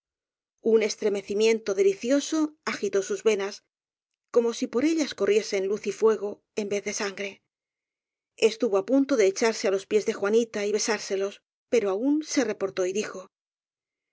un estremecimiento delicioso agitó sus venas como si por ellas corriesen luz y fuego en vez de sangre estuvo á punto de echarse á los pies de juanita y besárselos pero aun se reportó y dijo